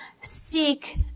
seek